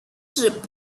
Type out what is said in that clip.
trip